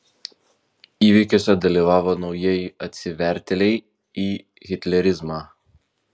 įvykiuose dalyvavo naujieji atsivertėliai į hitlerizmą